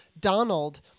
Donald